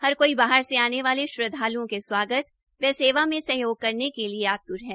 हर कोई बाहर से आने वाले श्रद्वालुओं के स्वागत व सेवा में सहयोग करने के लिए आतुर है